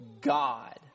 God